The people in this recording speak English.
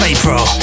April